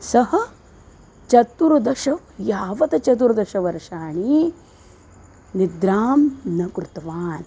सः चतुर्दश यावत् चतुर्दशवर्षाणि निद्रां न कृतवान्